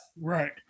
right